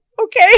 Okay